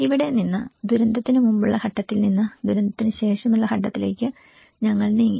ഇവിടെ നിന്ന് ദുരന്തത്തിന് മുമ്പുള്ള ഘട്ടത്തിൽ നിന്ന് ദുരന്തത്തിന് ശേഷമുള്ള ഘട്ടത്തിലേക്ക് ഞങ്ങൾ നീങ്ങി